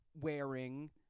wearing